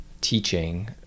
teaching